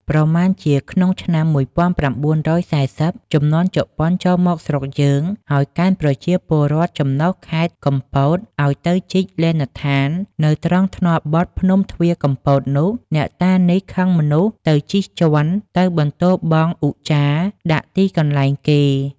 ប្រមាណជាក្នុងឆ្នាំ ១៩៤០ ជំនាន់ជប៉ុនចូលមកស្រុកយើង ហើយកេណ្ឌប្រជាពលរដ្ឋចំណុះខែត្រកំពត ឲ្យទៅជីកលេណដ្ឋាន នៅត្រង់ថ្នល់បត់ភ្នំទ្វារកំពតនោះ អ្នកតានេះខឹងមនុស្សទៅជិះជាន់ ទៅបន្ទោរបង់ឧច្ចារដាក់ទីកន្លែងគេ